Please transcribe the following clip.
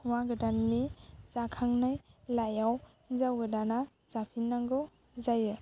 हौवा गोदाननि जाखांनाय लाइयाव हिन्जाव गोदाना जाफिननांगौ जायो